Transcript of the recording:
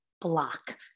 block